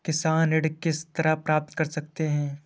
किसान ऋण किस तरह प्राप्त कर सकते हैं?